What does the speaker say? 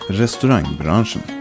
restaurangbranschen